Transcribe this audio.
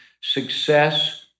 success